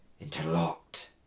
interlocked